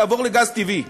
לעבור לגז טבעי.